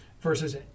versus